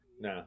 Nah